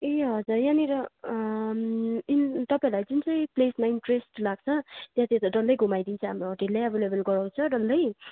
ए हजुर यहाँनेर यिन तपाईँलाई कुन चाहिँ प्लेसमा इन्ट्रेस्ट लाग्छ त्यहाँ चाहिँ चाहिँ डल्लै घुमाइदिन्छ हाम्रो होटेलले एभाइलेभल गराउँछ डल्लै